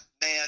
man